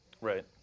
Right